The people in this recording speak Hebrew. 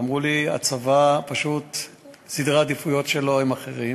אמרו לי שסדרי העדיפויות של הצבא הם אחרים.